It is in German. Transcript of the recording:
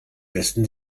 besten